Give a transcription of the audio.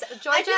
Georgia